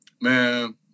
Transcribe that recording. Man